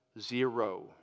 Zero